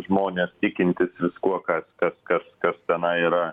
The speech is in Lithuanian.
žmonės tikintys viskuo kas kas kas kas tenai yra